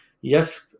yes